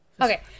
Okay